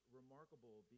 remarkable